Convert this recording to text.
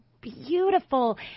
beautiful